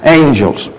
angels